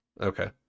Okay